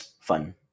fun